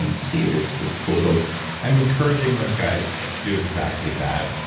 um to see if it's it's causal i'm encouraging those guys to do exactly that.